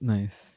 Nice